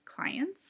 clients